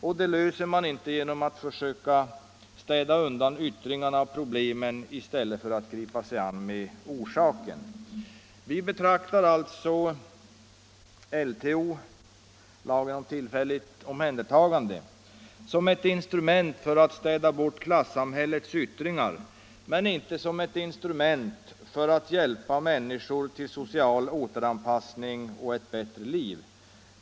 Problemen löser man inte genom att försöka städa undan yttringarna av dem i stället för att gripa sig an med orsaken. Vi betraktar alltså lagen om tillfälligt omhändertagande som ett instrument för att städa bort klassamhällets yttringar men inte som ett instrument för att hjälpa människor till social återanpassning och ett bättre liv.